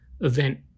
event